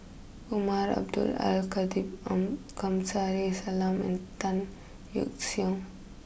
Umar Abdullah Al Khatib Kamsari Salam and Tan Yeok Seong